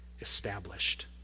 established